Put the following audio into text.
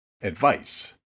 Advice